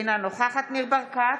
אינה נוכחת ניר ברקת,